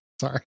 sorry